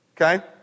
Okay